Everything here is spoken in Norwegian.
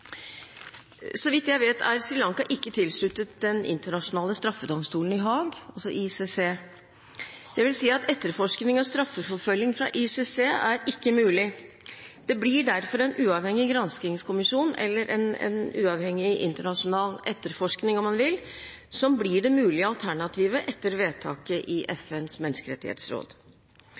Så vidt jeg vet, er Sri Lanka ikke tilsluttet Den internasjonale straffedomstolen i Haag, ICC, dvs. at etterforskning og straffeforfølging fra ICC ikke er mulig. Det blir derfor en uavhengig granskingskommisjon – eller en uavhengig internasjonal etterforskning, om man vil – som blir det mulige alternativet etter vedtaket i FNs menneskerettighetsråd.